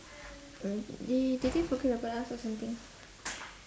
uh did they did they forget about us or something